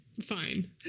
Fine